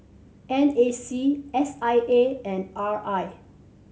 N A C S I A and R I